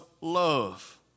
love